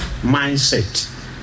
mindset